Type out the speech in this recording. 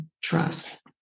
Trust